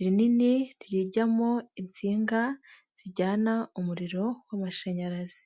rinini rijyamo insinga zijyana umuriro w'amashanyarazi.